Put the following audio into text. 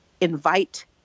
invite